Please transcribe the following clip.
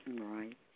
Right